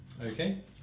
Okay